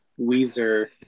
Weezer